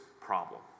problem